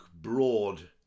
broad